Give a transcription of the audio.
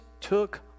took